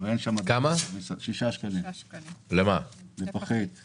נכון לעכשיו